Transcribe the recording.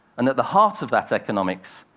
and at the heart of that economics,